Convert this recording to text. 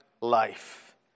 life